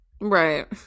Right